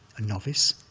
a novice,